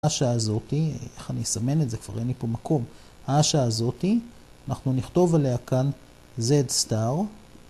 השעה הזאתי, איך אני אסמן את זה, כבר אין לי פה מקום, השעה הזאתי, אנחנו נכתוב עליה כאן z'